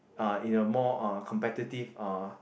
uh in a more uh competitive uh